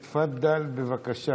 תפדל, בבקשה.